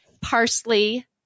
parsley